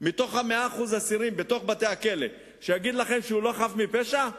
מתוך 100% האסירים בבתי-הכלא שיגיד לכם שהוא לא חף מפשע,